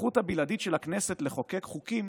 הסמכות הבלעדית של הכנסת לחוקק חוקים,